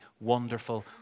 wonderful